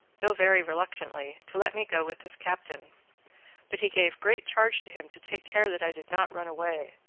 though very reluctantly, to let me go with this captain but he gave great charge to him to take care that i did not run away,